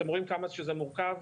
אתם רואים כמה שזה מורכב.